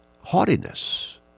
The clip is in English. Haughtiness